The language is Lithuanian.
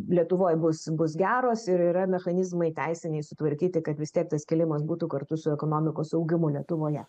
lietuvoj bus bus geros ir yra mechanizmai teisiniai sutvarkyti kad vis tiek tas kilimas būtų kartu su ekonomikos augimu lietuvoje